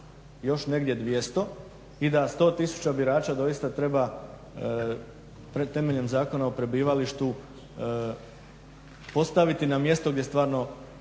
još negdje 200 i da 100 tisuća birača doista treba prema temelju Zakona o prebivalištu postaviti na mjesto gdje stvarno